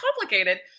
complicated